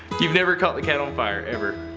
you've never caught the cat on fire, ever?